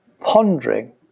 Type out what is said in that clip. pondering